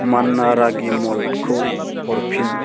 मानना रागि म'ल्टखौ हरफिन